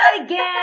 again